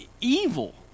evil